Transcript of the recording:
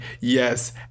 yes